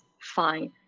Fine